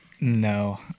No